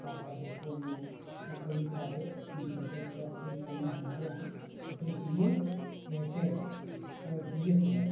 Tata Docomo और कई सारे सिम चलते थे अब तो इस समय हमारे यहाँ जैसे जिओ एयरटेल और बी एस एन एल